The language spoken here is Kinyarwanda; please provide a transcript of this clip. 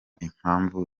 impamvu